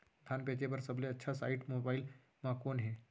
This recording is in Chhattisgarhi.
धान बेचे बर सबले अच्छा साइट मोबाइल म कोन हे?